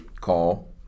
Call